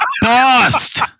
bust